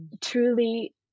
truly